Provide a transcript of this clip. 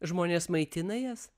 žmonės maitina jas